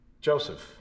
Joseph